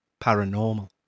paranormal